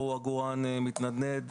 פה עגורן מתנדנד,